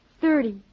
Thirty